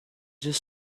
just